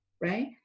right